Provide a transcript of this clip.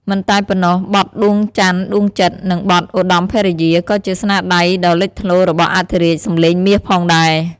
មិនតែប៉ុណ្ណោះ បទ "ដួងច័ន្ទដួងចិត្ត" និងបទ "ឧត្តមភរិយា" ក៏ជាស្នាដៃដ៏លេចធ្លោរបស់អធិរាជសំឡេងមាសផងដែរ។